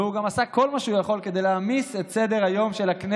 והוא גם עשה כל מה שהוא יכול כדי להעמיס את סדר-היום של הכנסת,